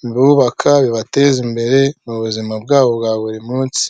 bibubaka bibateze imbere muzima bwabo bwa buri munsi.